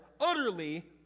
utterly